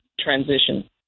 transition